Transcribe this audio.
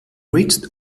reached